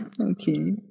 okay